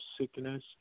sickness